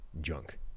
junk